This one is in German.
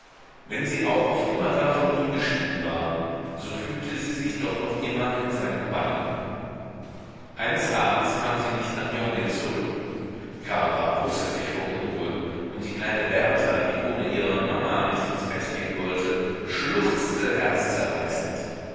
wenn sie auch auf immerdar von ihm geschieden war so fühlte sie sich doch noch immer in seinem banne eines abends kam sie nicht nach yonville zurück karl war außer sich vor unruhe und die kleine berta die ohne ihre mama nicht ins bett gehen wollte schluchzte herzzerreißend